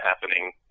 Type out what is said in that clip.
happening